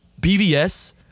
BVS